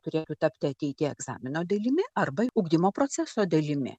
turėtų tapti ateityje egzamino dalimi arba ugdymo proceso dalimi